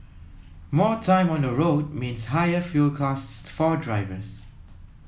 more time on the road means higher fuel costs for drivers